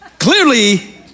Clearly